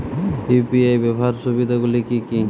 UPI ব্যাবহার সুবিধাগুলি কি কি?